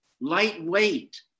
lightweight